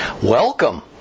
Welcome